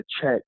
check